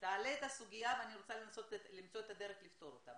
תעלה את הסוגיה ואני רוצה לנסות למצוא את הדרך לפתור אותה.